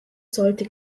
sollte